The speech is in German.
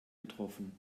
getroffen